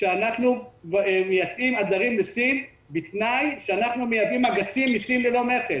שאנחנו מייצאים הדרים לסין בתנאי שאנחנו מייבאים אגסים מסין ללא מכס.